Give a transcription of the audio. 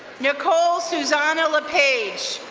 nicole suzana lapaige,